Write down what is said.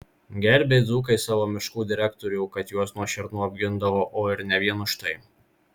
gerbė dzūkai savo miškų direktorių kad juos nuo šernų apgindavo o ir ne vien už tai